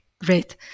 great